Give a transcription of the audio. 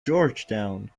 georgetown